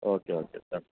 okay okay sir